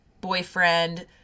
boyfriend